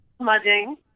Smudging